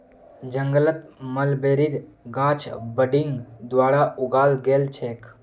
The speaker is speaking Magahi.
जंगलत मलबेरीर गाछ बडिंग द्वारा उगाल गेल छेक